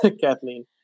Kathleen